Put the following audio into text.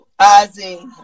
ozzy